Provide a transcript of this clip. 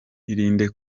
irinde